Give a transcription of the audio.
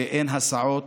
ואין הסעות,